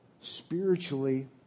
spiritually